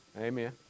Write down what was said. Amen